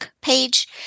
page